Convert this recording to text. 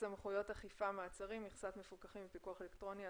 (סמכויות אכיפה-מעצרים)(מכסת מפוקחים בפיקוח אלקטרוני),